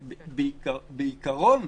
בעיקרון,